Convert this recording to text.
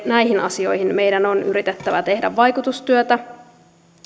näihin asioihin meidän on yritettävä tehdä vaikutustyötä